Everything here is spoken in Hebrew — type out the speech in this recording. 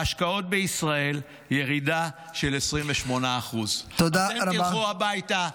ההשקעות בישראל, ירידה של 28%. אתם תלכו הביתה.